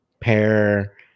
pair